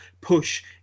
push